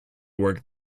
work